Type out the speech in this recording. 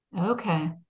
Okay